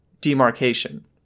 demarcation